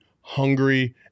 hungry